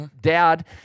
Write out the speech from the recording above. dad